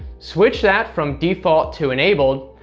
switch that from default to enabled,